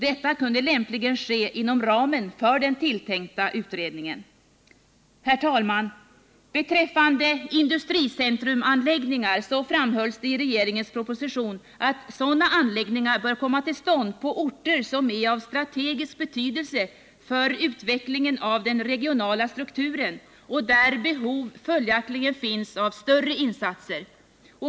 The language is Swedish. Detta kunde lämpligen ske inom ramen för den tilltänkta utredningen. Herr talman! Det framhölls i propositionen att industricentrumanläggningar bör komma till stånd på orter som är av strategisk betydelse för utvecklingen av den regionala strukturen och där behov följaktligen finns av större insatser.